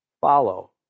follow